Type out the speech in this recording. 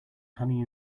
honey